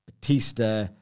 Batista